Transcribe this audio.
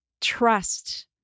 trust